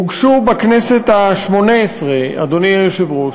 הוגשו בכנסת השמונה-עשרה, אדוני היושב-ראש.